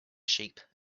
sheep